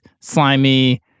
slimy